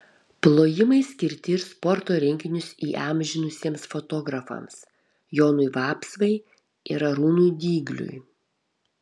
plojimai skirti ir sporto renginius įamžinusiems fotografams jonui vapsvai ir arūnui dygliui